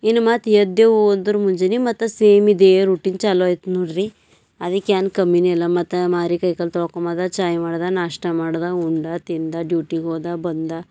ಇನ್ನು ಮತ್ತೆ ಎದ್ದೇವು ಅಂದರೂ ಮುಂಜಾನೆ ಮತ್ತೆ ಸೇಮ್ ಇದೇ ರುಟೀನ್ ಚಾಲು ಆಯ್ತು ನೋಡಿರಿ ಅದಕ್ಕೆ ಏನ್ ಕಮ್ಮಿನೇ ಇಲ್ಲ ಮತ್ತೆ ಮಾರಿ ಕೈಕಾಲು ತೊಳ್ಕೊಂಬದ ಚಾಯ್ ಮಾಡಿದ ನಾಷ್ಟ ಮಾಡಿದ ಉಂಡ ತಿಂದ ಡ್ಯೂಟಿಗೆ ಹೋದ ಬಂದ